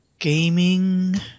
Gaming